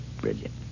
brilliant